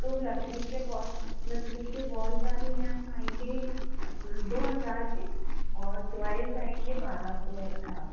तो लकड़ी के वॉल लकड़ी के वॉल वाले मैम आएँगे दो हज़ार के और टोयज़ आएँगे बारह सौ अट्ठारह सौ के